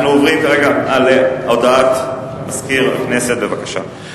אנחנו עוברים כרגע להודעת מזכיר הכנסת, בבקשה.